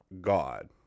God